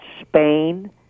Spain